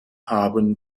haben